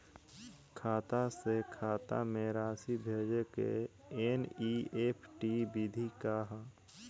खाता से खाता में राशि भेजे के एन.ई.एफ.टी विधि का ह?